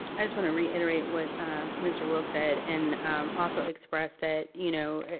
i just want to reiterate what mr. wilk said and also express that, you know,